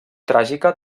tràgica